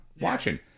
watching